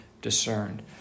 discerned